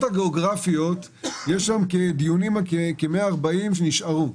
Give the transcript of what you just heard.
הגיאוגרפיות יש היום דיונים --- 140 נשארו.